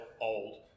old